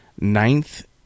Ninth